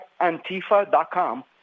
Antifa.com